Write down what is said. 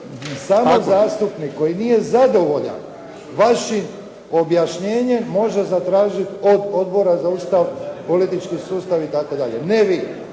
Samo zastupnik koji nije zadovoljan vašim objašnjenjem može zatražiti od Odbora za Ustav, Poslovnik i politički sustav itd. ne vi.